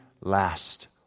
last